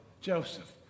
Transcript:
Joseph